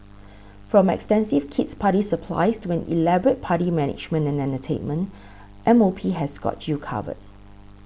from extensive kid's party supplies to an elaborate party management and entertainment M O P has got you covered